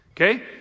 okay